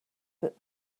that